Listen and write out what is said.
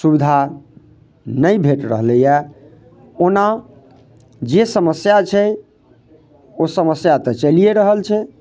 सुविधा नहि भेट रहलैए ओना जे समस्या छै ओ समस्या तऽ चलिये रहल छै